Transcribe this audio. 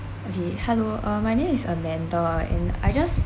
okay hello uh my name is amanda and I just